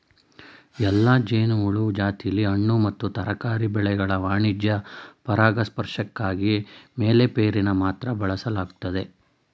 ಎಲ್ಲಾ ಜೇನುಹುಳು ಜಾತಿಲಿ ಹಣ್ಣು ಮತ್ತು ತರಕಾರಿ ಬೆಳೆಗಳ ವಾಣಿಜ್ಯ ಪರಾಗಸ್ಪರ್ಶಕ್ಕಾಗಿ ಮೆಲ್ಲಿಫೆರಾನ ಮಾತ್ರ ಬಳಸಲಾಗ್ತದೆ